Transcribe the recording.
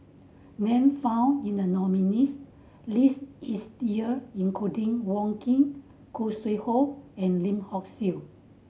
name found in the nominees' list is year including Wong Keen Khoo Sui Hoe and Lim Hock Siew